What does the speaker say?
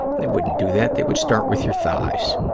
they wouldn't do that. they would start with your thighs.